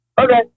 okay